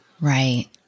Right